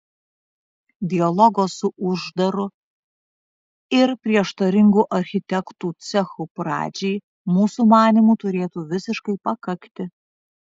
dialogo su uždaru ir prieštaringu architektų cechu pradžiai mūsų manymu turėtų visiškai pakakti